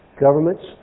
governments